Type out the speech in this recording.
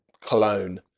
cologne